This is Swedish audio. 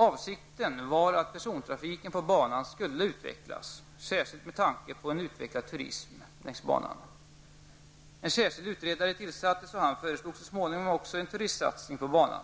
Avsikten var att persontrafiken på banan skulle utvecklas, särskilt med tanke på en utvecklad turism längs banan. En särskild utredare tillsattes, och han föreslog så småningom också en turistsatsning på banan.